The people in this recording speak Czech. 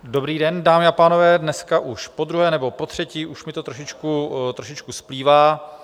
Dobrý den, dámy a pánové, dneska už podruhé nebo potřetí, už mi to trošičku splývá.